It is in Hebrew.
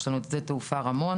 יש לנו את שדה תעופה רמון,